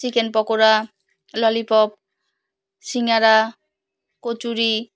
chicken pakora lollipop singara kachori